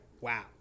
wow